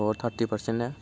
अ' thirty percent ना